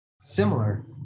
similar